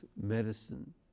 medicine